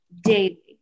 daily